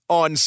on